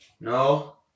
No